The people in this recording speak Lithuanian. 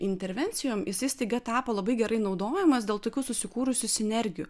intervencijom jisai staiga tapo labai gerai naudojamas dėl tokių susikūrusių sinergijų